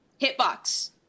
hitbox